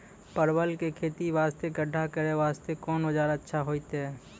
परवल के खेती वास्ते गड्ढा करे वास्ते कोंन औजार अच्छा होइतै?